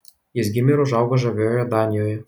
jis gimė ir užaugo žaviojoje danijoje